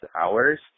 hours